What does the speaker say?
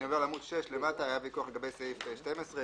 אני עובר לעמ' 6 למטה היה ויכוח לגבי סעיף 12,